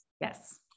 Yes